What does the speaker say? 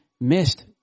missed